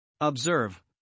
Observe